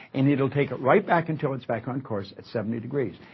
and it'll take it right back until it's back on course, at seventy degrees.